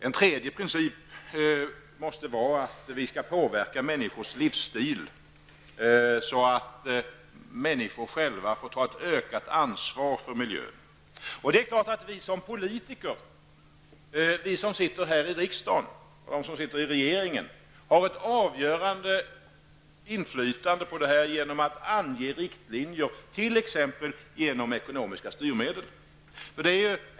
En tredje princip måste vara att vi skall påverka människors livsstil så att människor själva får ta ett ökat ansvar för miljön. Det är klart att vi politiker, vi som sitter här i riksdagen och de som sitter i regeringen, har ett avgörande inflytande på detta genom att vi anger riktlinjer, t.ex. genom ekonomiska styrmedel.